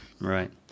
right